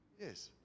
Yes